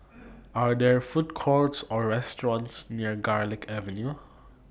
Are There Food Courts Or restaurants near Garlick Avenue